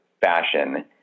fashion